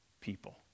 people